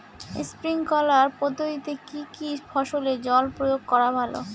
Sprinkler পদ্ধতিতে কি কী ফসলে জল প্রয়োগ করা ভালো?